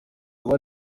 abari